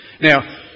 Now